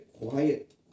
quiet